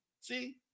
See